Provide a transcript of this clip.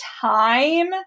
time